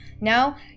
Now